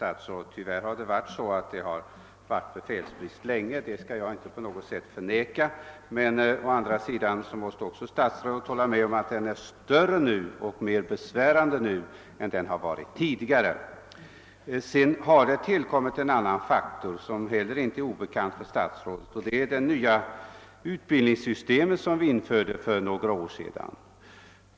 Herr talman! Ja, herr statsråd, jag skall inte på något sätt förneka att det sedan länge rått befälsbrist. Å andra sidan måste också herr statsrådet hålla med om att den nu är större och mer besvärande än den varit tidigare. Det har vidare tillkommit en faktor, som heller inte är obekant för statsrådet, nämligen det nya utbildningssystem som vi införde för några år sedan.